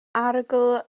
arogl